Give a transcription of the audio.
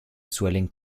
suelen